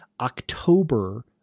October